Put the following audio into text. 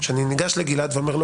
שאני ניגש לגלעד ואני אומר לו,